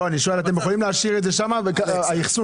לא הכתבנו